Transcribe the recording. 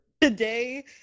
Today